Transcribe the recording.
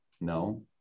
No